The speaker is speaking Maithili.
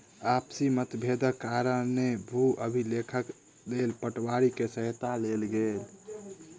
आपसी मतभेदक कारणेँ भू अभिलेखक लेल पटवारी के सहायता लेल गेल